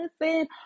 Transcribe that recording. Listen